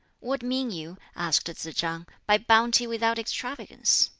what mean you, asked tsz-chang, by bounty without extravagance?